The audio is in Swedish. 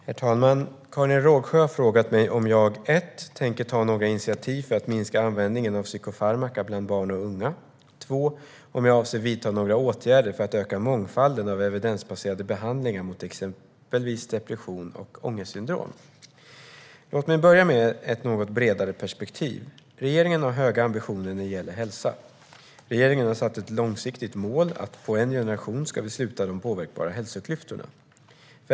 Herr talman! Karin Rågsjö har frågat mig om jag tänker ta några initiativ för att användningen av psykofarmaka bland barn och unga ska minska avser att vidta några åtgärder för att öka mångfalden av evidensbaserade behandlingar mot exempelvis depression och ångestsyndrom. Låt mig börja med ett något bredare perspektiv. Regeringen har höga ambitioner när det gäller hälsa. Regeringen har satt ett långsiktigt mål: På en generation ska vi sluta de påverkbara hälsoklyftorna.